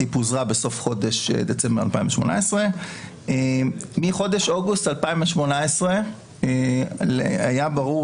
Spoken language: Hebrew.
פוזרה בסוף חודש דצמבר 2018. מחודש אוגוסט 2018 היה ברור